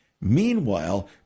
Meanwhile